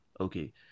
okay